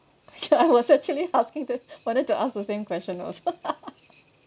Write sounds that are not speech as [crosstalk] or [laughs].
ya I was actually asking to wanted to ask the same question also [laughs]